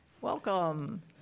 Welcome